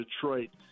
Detroit